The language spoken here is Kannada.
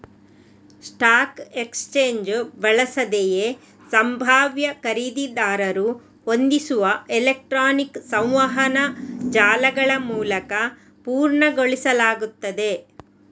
ಸ್ಟಾಕ್ ಎಕ್ಸ್ಚೇಂಜು ಬಳಸದೆಯೇ ಸಂಭಾವ್ಯ ಖರೀದಿದಾರರು ಹೊಂದಿಸುವ ಎಲೆಕ್ಟ್ರಾನಿಕ್ ಸಂವಹನ ಜಾಲಗಳಮೂಲಕ ಪೂರ್ಣಗೊಳಿಸಲಾಗುತ್ತದೆ